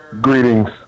Greetings